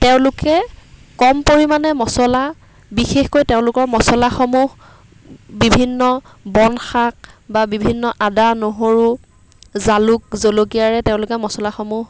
তেওঁলোকে কম পৰিমাণে মচলা বিশেষকৈ তেওঁলোকৰ মচলাসমূহ বিভিন্ন বনশাক বা বিভিন্ন আদা নহৰু জালুক জলকীয়াৰে তেওঁলোকে মচলাসমূহ